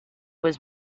was